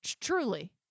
truly